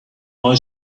why